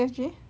(uh huh)